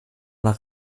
nach